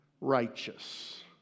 righteous